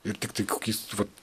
ir tiktai kokiais vat